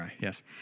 yes